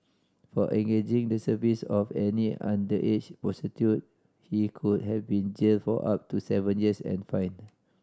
for engaging the service of an underage he could have been jailed for up to seven years and fined